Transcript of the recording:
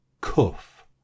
cuff